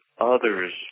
others